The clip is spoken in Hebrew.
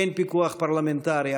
אין פיקוח פרלמנטרי,